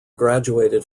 graduated